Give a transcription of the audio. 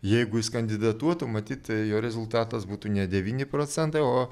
jeigu jis kandidatuotų matyt jo rezultatas būtų ne devyni procentai o